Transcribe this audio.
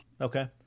Okay